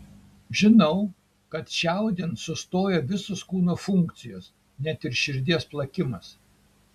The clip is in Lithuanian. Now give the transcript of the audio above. žinau kad čiaudint sustoja visos kūno funkcijos net ir širdies plakimas